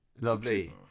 lovely